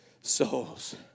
Souls